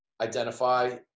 identify